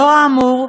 לאור האמור,